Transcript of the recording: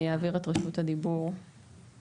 אני אעביר את רשות הדיבור אליכם,